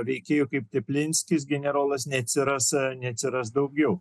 veikėjų kaip teplinskis generolas neatsiras ar neatsiras daugiau